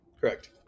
Correct